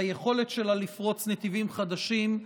ביכולת שלה לפרוץ נתיבים חדשים.